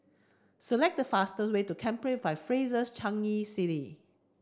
select the fastest way to Capri by Fraser Changi City